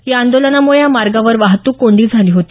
या आंदोलनामुळे या मार्गावर वाहतूक कोंडी झाली होती